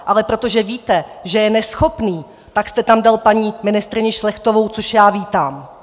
Ale protože víte, že je neschopný, tak jste tam dal paní ministryni Šlechtovou, což já vítám.